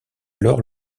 alors